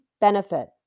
benefit